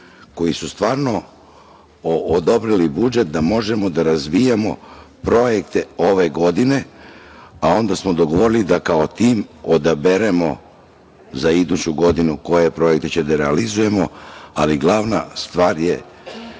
koji su stvarno odobrili budžet da možemo da razvijamo projekte ove godine, a onda smo dogovorili da kao tim odaberemo za iduću godinu koje projekte ćemo da realizujemo, ali glavna stvar je